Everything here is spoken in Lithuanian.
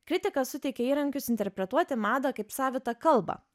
kritika suteikia įrankius interpretuoti madą kaip savitą kalbą